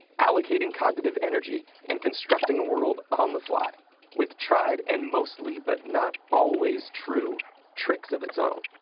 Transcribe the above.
allocating cognitive energy and constructing a world on the fly with tried and mostly but not always true tricks of its own.